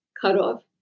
cutoff